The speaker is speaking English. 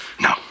no